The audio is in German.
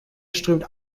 strömt